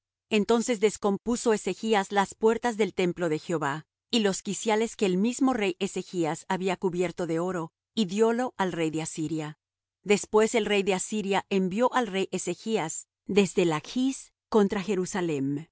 entonces descompuso ezechas las puertas del templo de jehová y los quiciales que el mismo rey ezechas había cubierto de oro y diólo al rey de asiria después el rey de asiria envió al rey ezechas desde lachs contra jerusalem